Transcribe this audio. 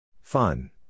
Fun